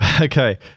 Okay